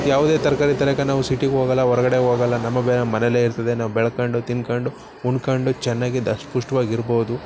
ಯಾವುದೇ ತರಕಾರಿ ತರೋಕೆ ನಾವು ಸಿಟಿಗೆ ಹೋಗಲ್ಲ ಹೊರ್ಗಡೆ ಹೋಗಲ್ಲ ನಮ್ಮ ಬೆ ಮನೇಲೆ ಇರ್ತದೆ ನಾವು ಬೆಳ್ಕೊಂಡು ತಿನ್ಕೊಂಡು ಉಂಡ್ಕೊಂಡು ಚೆನ್ನಾಗಿ ದಷ್ಟ ಪುಷ್ಟವಾಗಿ ಇರ್ಬೋದು